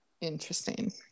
Interesting